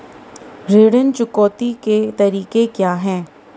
ऋण चुकौती के तरीके क्या हैं?